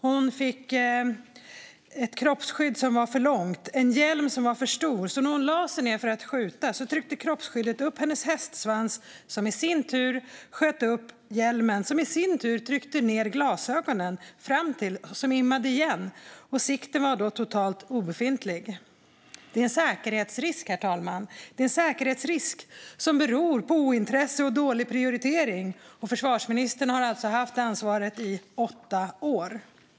Hon fick ett kroppsskydd som var för långt och en hjälm som var för stor, så när hon lade sig ned för att skjuta tryckte kroppsskyddet upp hennes hästsvans, som i sin tur sköt upp hjälmen, som i sin tur tryckte ner glasögonen framtill, som immade igen - sikten var då totalt obefintlig. Det är en säkerhetsrisk, herr talman, som beror på ointresse och dålig prioritering. Och försvarsministern har alltså haft ansvaret i åtta år.